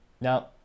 Now